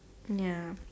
ya